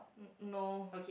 no